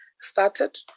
started